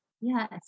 Yes